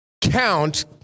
count